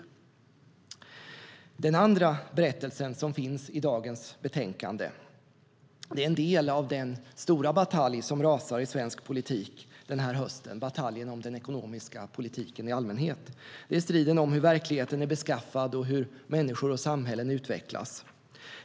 "Den andra berättelsen som finns i dagens betänkande är en del av den stora batalj som rasar i svensk politik den här hösten, bataljen om den ekonomiska politiken i allmänhet. Det är striden om hur verkligheten är beskaffad och hur människor och samhällen utvecklas.